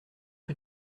que